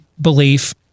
belief